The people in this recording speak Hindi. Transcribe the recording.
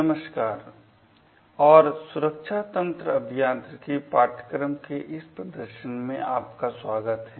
नमस्कार और सुरक्षा तंत्र अभियांत्रिकी पाठ्यक्रम के इस प्रदर्शन आप का स्वागत है